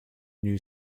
new